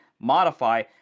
modify